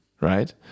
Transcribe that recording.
right